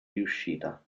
riuscita